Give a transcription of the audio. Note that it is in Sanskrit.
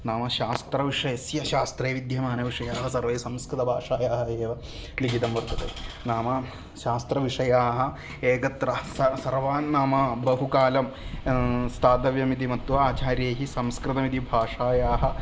नाम शास्त्रविषयस्य शास्त्रे विद्यमानविषयाः सर्वे संस्कृतभाषायाः एव लिखितं वर्तते नाम शास्त्रविषयाः एकत्र स सर्वान्नाम बहुकालं स्थातव्यम् इति मत्वा आचार्यैः संस्कृतम् इति भाषायाः